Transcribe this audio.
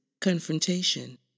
Confrontation